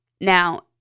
Now